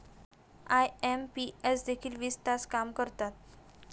IMPS देखील वीस तास काम करतात?